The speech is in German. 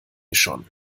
schon